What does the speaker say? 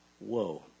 Whoa